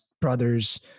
brothers